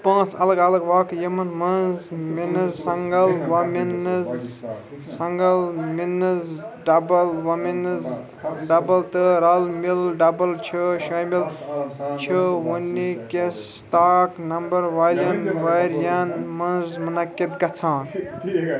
پانٛژھ الگ الگ واقعہٕ یِمَن منٛز men's single women's single men's double women's double تہٕ رَلہٕ مِلہٕ ڈبل چھِ شٲمِل چھِ وٕنکٮ۪س طاق نمبر والٮ۪ن ورِیَن منٛز منعقد گژھان